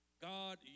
God